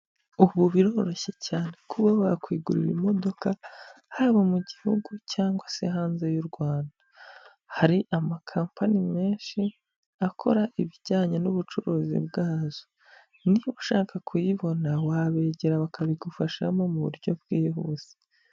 Ubu biroroshye cyane kuba wakwigurira imodoka haba mu gihugu cyangwa se hanze y'u Rwanda, hari amakampani menshi akora ibijyanye n'ubucuruzi bwazo, niba ushaka kuyibona wabegera bakabigufashamo mu buryo bwihuse.